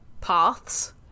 paths